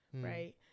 right